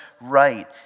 right